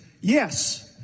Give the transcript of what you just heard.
Yes